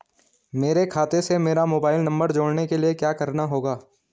मेरे खाते से मेरा मोबाइल नम्बर जोड़ने के लिये क्या करना होगा?